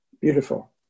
Beautiful